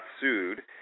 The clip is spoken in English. sued